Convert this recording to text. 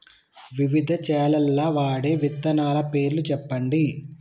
వివిధ చేలల్ల వాడే విత్తనాల పేర్లు చెప్పండి?